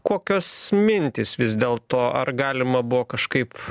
kokios mintys vis dėlto ar galima buvo kažkaip